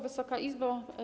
Wysoka Izbo!